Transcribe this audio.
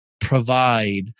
provide